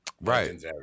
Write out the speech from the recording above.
Right